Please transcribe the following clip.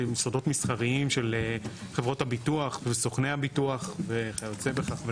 סודות מסחריים של חברות הביטוח וסוכני הביטוח וכיוצא בכך.